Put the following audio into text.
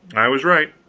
i was right.